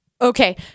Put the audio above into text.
Okay